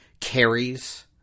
carries